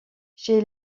chez